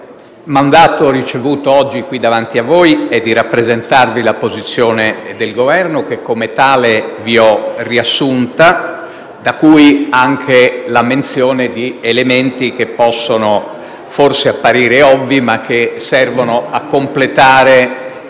Il mandato ricevuto oggi qui, davanti a voi, è di rappresentarvi la posizione del Governo, che come tale vi ho riassunto, da cui anche la menzione di elementi che possono forse apparire ovvi, ma che servono a completare